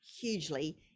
hugely